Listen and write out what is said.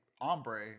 ombre